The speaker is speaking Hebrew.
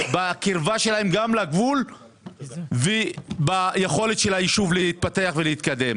גם בקרבה שלהם לגבול וביכולת של היישוב להתפתח ולהתקדם.